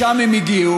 משם הם הגיעו.